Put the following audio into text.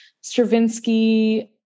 Stravinsky